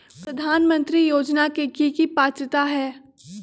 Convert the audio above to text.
प्रधानमंत्री योजना के की की पात्रता है?